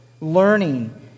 learning